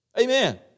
Amen